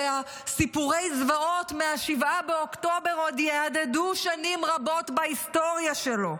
שסיפורי הזוועות מ-7 באוקטובר עוד יהדהדו שנים רבות בהיסטוריה שלו.